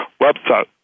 website